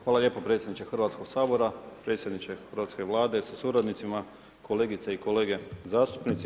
Hvala lijepo predsjedniče Hrvatskog sabora, predsjedniče Hrvatske vlade sa suradnicima, kolegice i kolege zastupnici.